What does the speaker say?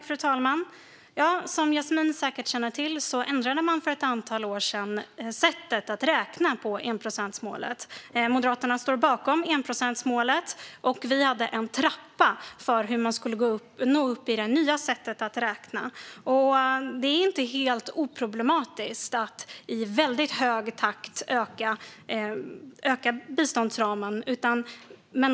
Fru talman! Som Yasmine säkert känner till ändrade man för ett antal år sedan sättet att räkna på enprocentsmålet. Moderaterna står bakom enprocentsmålet, och vi hade en trappa för hur man skulle nå upp till målet med det nya sättet att räkna. Det är inte helt oproblematiskt att i väldigt hög takt öka biståndsramen.